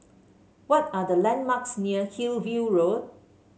what are the landmarks near Hillview Road